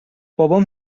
بابام